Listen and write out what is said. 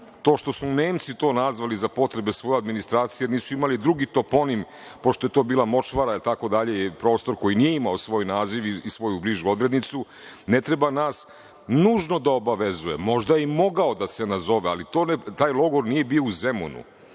To što su Nemci to nazvali za potrebe svoje administracije, nisu imali drugi toponim, pošto je to bila močvara itd. prostor koji nije imao svoj naziv i svoju bližu odrednicu, ne treba nas nužno da obavezuje, možda je i mogao da se nazove, ali taj logor nije bio u Zemunu,